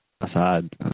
Assad